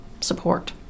support